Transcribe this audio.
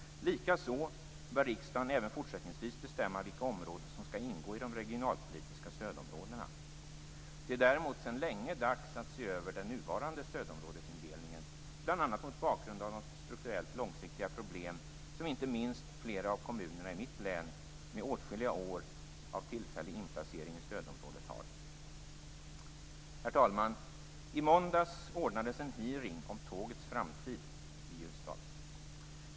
Likaså bör riksdagen även fortsättningsvis bestämma vilka områden som skall ingå i de regionalpolitiska stödområdena. Det är däremot sedan länge dags att se över den nuvarande stödområdesindelningen bl.a. mot bakgrund av de strukturellt långsiktiga problem som inte minst flera av kommunerna i mitt län med åtskilliga år av tillfällig inplacering i stödområdet har. Herr talman! I måndags ordnades en hearing om tågets framtid i Ljusdal.